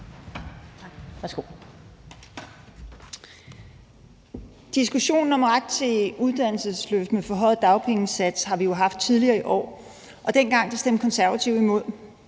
(KF): Diskussionen om ret til uddannelsesløft med forhøjet dagpengesats har vi jo haft tidligere i år. Dengang stemte Konservative imod.